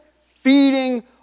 feeding